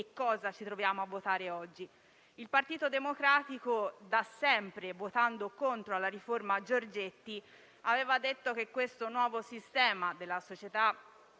cosa ci troviamo a votare oggi. Il Partito Democratico da sempre, votando contro la riforma Giorgetti, aveva detto che il nuovo sistema della società